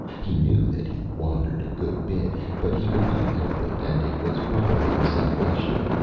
he knew that he wandered a good bit, but he could not help it, and it was probably his salvation.